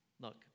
look